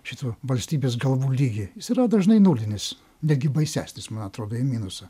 šitų valstybės galvų lygy jis yra dažnai nulinis netgi baisesnis man atrodo į minusą